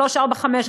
שלוש-ארבע-חמש,